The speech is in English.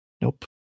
Nope